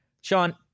Sean